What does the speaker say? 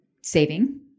saving